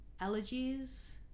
allergies